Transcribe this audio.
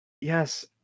Yes